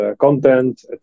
content